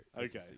Okay